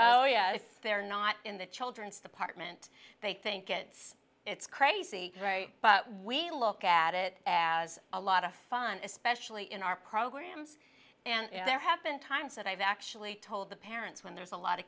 oh yeah they're not in the children's department they think it's it's crazy right but we look at it as a lot of fun especially in our programs and there have been times that i've actually told the parents when there's a lot of